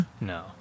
No